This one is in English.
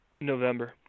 November